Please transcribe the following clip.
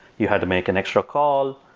you had to make an extra call.